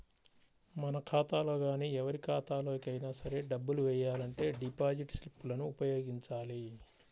మన ఖాతాలో గానీ ఎవరి ఖాతాలోకి అయినా సరే డబ్బులు వెయ్యాలంటే డిపాజిట్ స్లిప్ లను ఉపయోగించాలి